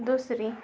दुसरी